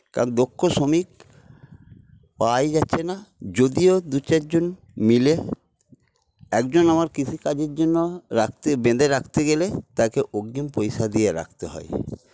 কারণ দক্ষ শ্রমিক পাওয়াই যাচ্ছে না যদিও দু চারজন মিলে একজন আমার কৃষিকাজের জন্য রাখতে বেঁধে রাখতে গেলে তাকে অগ্রিম পয়সা দিয়ে রাখতে হয়